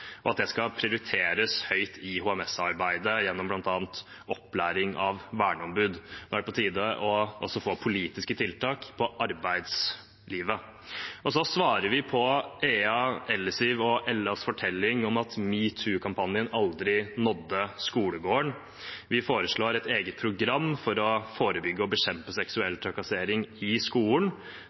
og at det skal prioriteres høyt i HMS-arbeidet, gjennom bl.a. opplæring av verneombud. Nå er det på tide også å få politiske tiltak for arbeidslivet. Så svarer vi på Ea, Ellisiv og Ellas fortelling om at metoo-kampanjen aldri nådde skolegården. Vi foreslår et eget program for å forebygge og bekjempe seksuell trakassering i skolen,